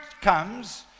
comes